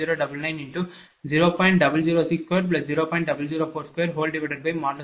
000104017 p